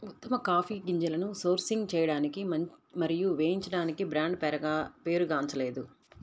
ఉత్తమ కాఫీ గింజలను సోర్సింగ్ చేయడానికి మరియు వేయించడానికి బ్రాండ్ పేరుగాంచలేదు